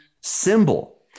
symbol